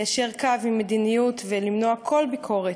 ליישר קו עם מדיניות ולמנוע כל ביקורת.